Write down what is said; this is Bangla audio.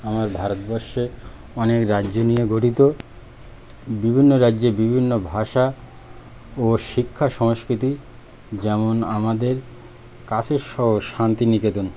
আমার ভারতবর্ষে অনেক রাজ্য নিয়ে গঠিত বিভিন্ন রাজ্যে বিভিন্ন ভাষা ও শিক্ষা সংস্কৃতি যেমন আমাদের কাছের শহর শান্তিনিকেতন